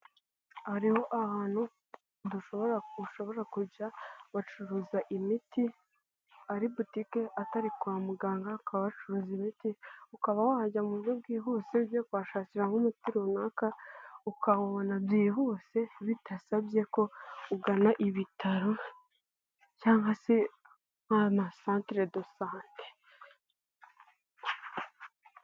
Hariho ahantu dushobora ushobora kujya, bacuruza imiti ari, botique atari kwa muganga bakaba bacuruza imiti ukaba wahajya mu buryo bwihuse ugiye kushakira nk'umuti runaka, ukawubona byihuse bidasabye ko ugana ibitaro cyangwa se nk'amasantere de sante.